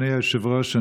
אדוני היושב-ראש,